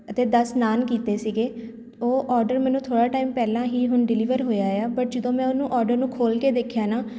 ਅਤੇ ਦਸ ਨਾਨ ਕੀਤੇ ਸੀਗੇ ਉਹ ਔਡਰ ਮੈਨੂੰ ਥੋੜ੍ਹਾ ਟਾਈਮ ਪਹਿਲਾਂ ਹੀ ਹੁਣ ਡਿਲੀਵਰ ਹੋਇਆ ਏ ਆ ਬਟ ਜਦੋਂ ਮੈਂ ਉਹਨੂੰ ਔਡਰ ਨੂੰ ਖੋਲ੍ਹ ਕੇ ਦੇਖਿਆ ਨਾ